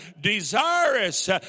desirous